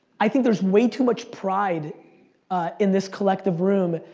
i think there's way too much pride in this collective room,